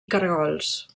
caragols